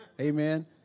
Amen